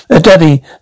daddy